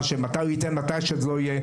שהוא ייתן מתי שזה לא יהיה,